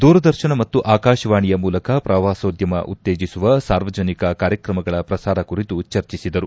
ದೂರದರ್ಶನ ಮತ್ತು ಆಕಾಶವಾಣಿಯ ಮೂಲಕ ಪ್ರವಾಸೋದ್ದಮ ಉತ್ತೇಜಿಸುವ ಸಾರ್ವಜನಿಕ ಕಾರ್ಯಕ್ರಮಗಳ ಪ್ರಸಾರ ಕುರಿತು ಚರ್ಚಿಸಿದರು